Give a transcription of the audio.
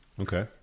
Okay